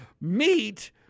meet